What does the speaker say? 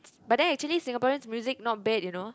but then actually Singaporean music not bad you know